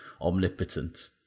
omnipotent